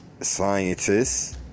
scientists